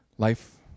life